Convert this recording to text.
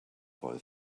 boy